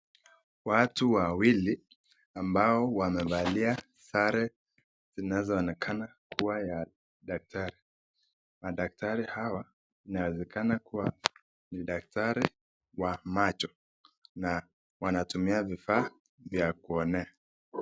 Watu wawili ambao wamevalia sare zinazoonekana kuwa ya daktari, madaktari hawa inawezekana kuwa ni daktari wa macho na wanatumia vifaa ya kuonea.